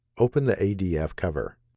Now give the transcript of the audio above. open the adf cover.